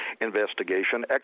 investigation